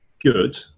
good